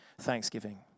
thanksgiving